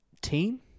team